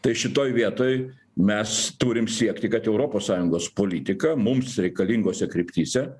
tai šitoj vietoj mes turim siekti kad europos sąjungos politika mums reikalingose kryptyse